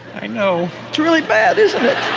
i know. it's really bad, isn't it?